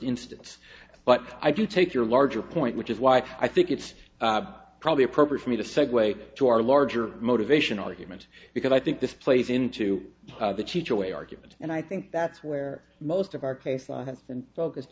instance but i do take your larger point which is why i think it's probably appropriate for me to segue to our larger motivation argument because i think this plays into the teacher way argument and i think that's where most of our case has been focused